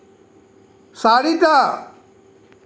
চাৰিটা